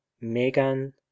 megan